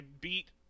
beat